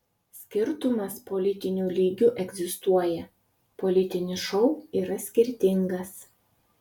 skirtumas politiniu lygiu egzistuoja politinis šou yra skirtingas